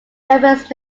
members